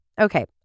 Okay